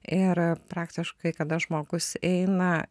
ir praktiškai kada žmogus eina